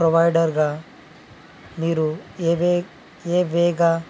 ప్రొవైడర్గా మీరు ఏవే ఏవేగా